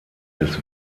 des